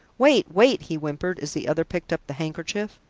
wait, wait! he whimpered as the other picked up the handkerchief.